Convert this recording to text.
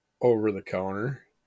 over-the-counter